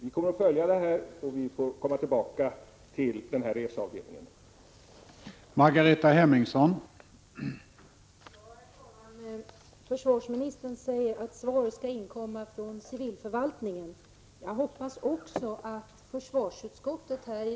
Vi kommer att följa vad som sker i fråga om reseavdelningen och får säkert anledning att återkomma.